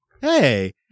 Hey